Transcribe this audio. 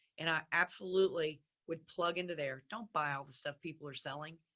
and i absolutely would plug into there. don't buy all this stuff people are selling.